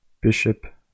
Bishop